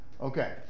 okay